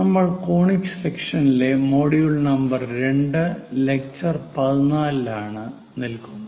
നമ്മൾ കോണിക് സെക്ഷൻസിലെ module number 2 lecture 14 ലാണ് നിൽക്കുന്നത്